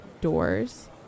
doors